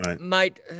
mate